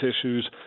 issues